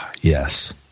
Yes